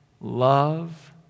love